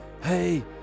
hey